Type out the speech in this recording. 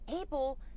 able